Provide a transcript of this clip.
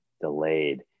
delayed